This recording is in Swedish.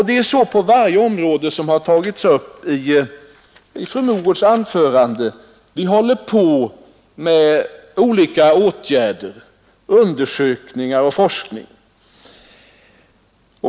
Det är så på varje område som fru Mogård tog upp i sitt anförande: vi håller på med olika åtgärder, undersökningar och forskning.